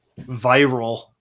viral